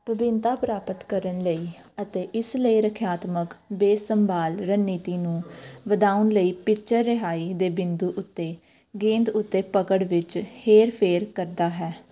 ਵਭਿੰਨਤਾ ਪ੍ਰਾਪਤ ਕਰਨ ਲਈ ਅਤੇ ਇਸ ਲਈ ਰੱਖਿਆਤਮਕ ਬੇਸੰਭਾਲ ਰਣਨੀਤੀ ਨੂੰ ਵਧਾਉਣ ਲਈ ਪਿੱਚਰ ਰਿਹਾਈ ਦੇ ਬਿੰਦੂ ਉੱਤੇ ਗੇਂਦ ਉੱਤੇ ਪਕੜ ਵਿੱਚ ਹੇਰ ਫੇਰ ਕਰਦਾ ਹੈ